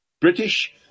British